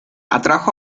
atrajo